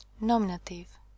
Nominative